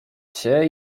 się